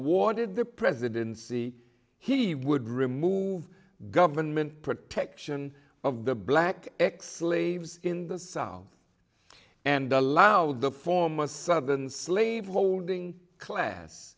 awarded the presidency he would remove government protection of the black x slaves in the south and allowed the former southern slave holding class